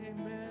Amen